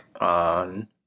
on